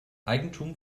eigentum